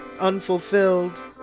Unfulfilled